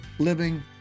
living